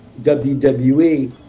WWE